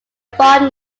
farm